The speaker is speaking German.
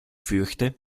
fürchte